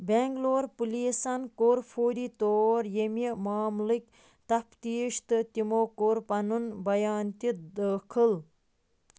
بٮ۪نٛگلور پُلیٖسَن کوٚر فوری طور ییٚمہِ معاملٕکۍ تفتیٖش تہٕ تِمو کوٚر پنُن بَیان تہِ دٲخل